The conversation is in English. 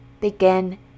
begin